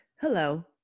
Hello